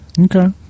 Okay